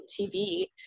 tv